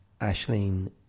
Ashleen